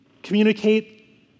Communicate